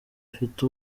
dufite